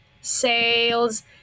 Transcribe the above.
sales